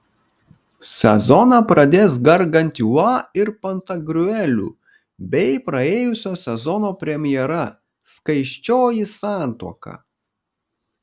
sezoną pradės gargantiua ir pantagriueliu bei praėjusio sezono premjera skaisčioji santuoka